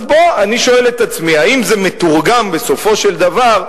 אני שואל את עצמי: האם זה מתורגם בסופו של דבר,